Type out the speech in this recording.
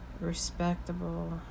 respectable